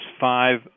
five